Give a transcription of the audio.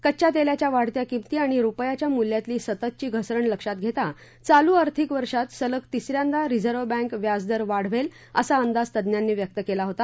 कच्च्या तेलाच्या वाढत्या किमती आणि रुपयाच्या मूल्यातली सततची घसरण लक्षात घेता चालू आर्थिक वर्षात सलग तिस यांदा रिझर्व बैंक व्याजदर वाढवेल असा अंदाज तज्ञांनी व्यक्त केला होता